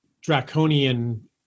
draconian